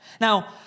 Now